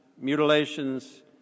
mutilations